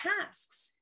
tasks